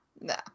No